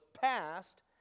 passed